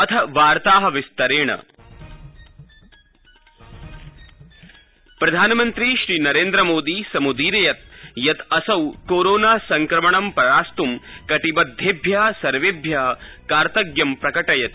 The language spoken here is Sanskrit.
पीएम कोरोना प्रधानमन्त्री नरेन्द्रमोदी समुदीरयत् यत् असौ कोरोनासंक्रमणं परास्तुं कटिबद्वेभ्यः सर्वेभ्यः कार्तज्ञं प्रकटयति